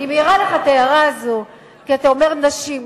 אני מעירה לך את ההערה הזאת כי אתה אומר "נשים".